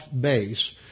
base